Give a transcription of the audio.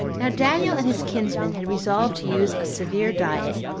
now daniel and his kinsmen had resolved to use a severe diet,